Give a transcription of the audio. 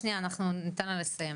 שנייה אנחנו ניתן לה לסיים.